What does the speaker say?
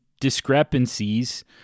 discrepancies